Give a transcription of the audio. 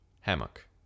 Hammock